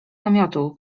namiotu